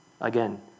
Again